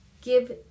give